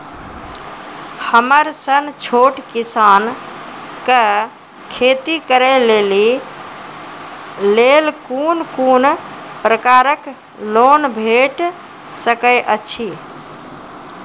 हमर सन छोट किसान कअ खेती करै लेली लेल कून कून प्रकारक लोन भेट सकैत अछि?